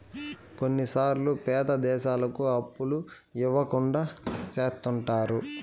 కొన్నిసార్లు పేద దేశాలకు అప్పులు ఇవ్వకుండా చెత్తుంటారు